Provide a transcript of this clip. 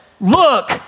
look